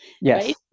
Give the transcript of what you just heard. Yes